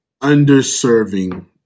underserving